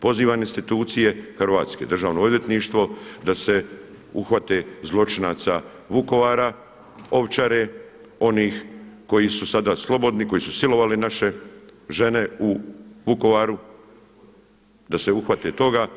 Pozivam institucije Hrvatske, Državno odvjetništvo da se uhvate zločinaca Vukovara, Ovčare, onih koji su sada slobodni, koji su silovali naše žene u Vukovaru, da se uhvate toga.